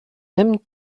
même